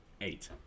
Eight